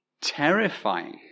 terrifying